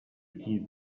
eat